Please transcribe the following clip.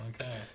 Okay